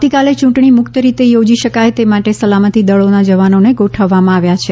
આવતીકાલે ચૂંટણી મુક્તરીતે યોજી શકાય તે માટે સલામતીદળોના જવાનોને ગોઠવવામાં આવ્યા છે